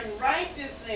righteousness